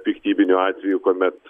piktybinių atvejų kuomet